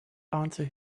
answer